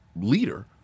leader